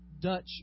Dutch